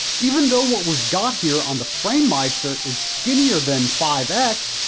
even though what we've got here on the framemeister is skinnier than five x,